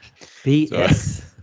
BS